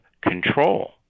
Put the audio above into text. control